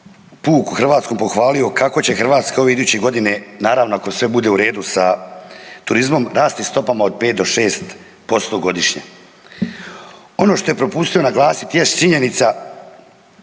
puku hrvatskom pohvalio kako će Hrvatska iduće godine naravno ako sve bude u redu sa turizmom rasti stopama od 5 do 6% godišnje. Ono što je propustio naglasiti jest činjenica